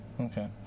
Okay